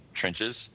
Trenches